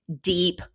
deep